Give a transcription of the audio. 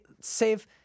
save